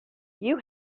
you